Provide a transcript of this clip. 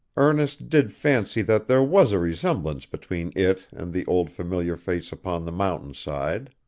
ernest did fancy that there was a resemblance between it and the old familiar face upon the mountainside.